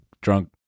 drunk